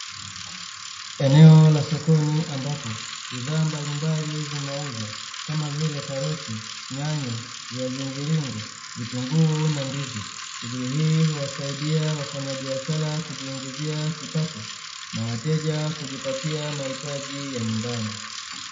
Eneo la sokoni ambapo bidhaa mbalimbali zinauzwa kama vile karoti, nyanya, viazi mviringo, vitunguu na ndizi. Shughuli hii huwasaidia wafanyabiashara kujiingizia kipato na wateja kujipatia mahitaji ya nyumbani.